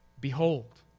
Behold